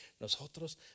nosotros